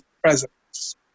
presence